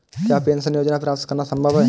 क्या पेंशन योजना प्राप्त करना संभव है?